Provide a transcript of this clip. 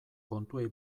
kontuei